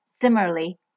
Similarly